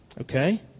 Okay